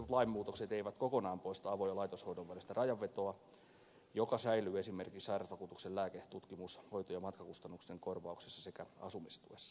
ehdotetut lainmuutokset eivät kokonaan poista avo ja laitoshoidon välistä rajanvetoa joka säilyy esimerkiksi sairausvakuutuksen lääke tutkimus hoito ja matkakustannusten korvauksessa sekä asumistuessa